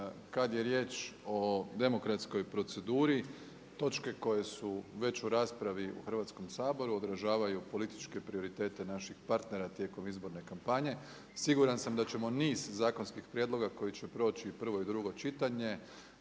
Kad je riječ o demokratskoj proceduri točke koje su već u raspravi u Hrvatskom saboru odražavaju političke prioritete naših partnera tijekom izborne kampanje. Siguran sam da ćemo niz zakonskih prijedloga koji će proći prvo i drugo čitanje